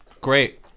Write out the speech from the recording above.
Great